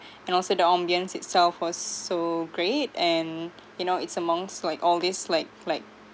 and also the ambience itself was so great and you know it's amongst like all these like like